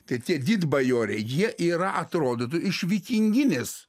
tai tie didbajoriai jie yra atrodytų iš vikinginės